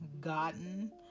gotten